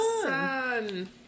sun